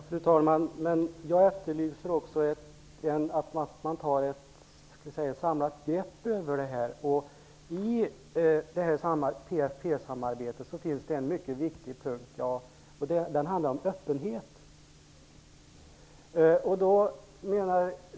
Fru talman! Men jag efterlyser också ett samlat grepp. I PFF-samarbetet finns en mycket viktig punkt som handlar om öppenhet.